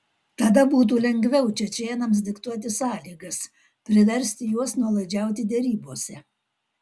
tada būtų lengviau čečėnams diktuoti sąlygas priversti juos nuolaidžiauti derybose